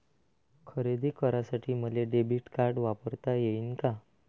खरेदी करासाठी मले डेबिट कार्ड वापरता येईन का?